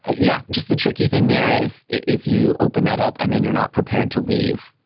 ah yeah, just the tricky thing there is if you open that up and then you're not prepared to leave.